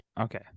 okay